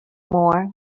more